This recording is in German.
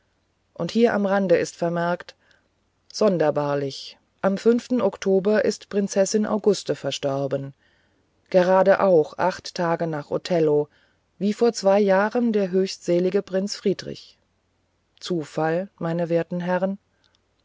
und hier am rande ist bemerkt sonderbarlich am oktober ist prinzessin auguste verstorben gerade auch acht tage nach othello wie vor zwei jahren der höchstselige prinz friedrich zufall meine werten herren